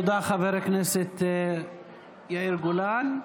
תודה חבר הכנסת יאיר גולן.